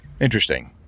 Interesting